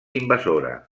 invasora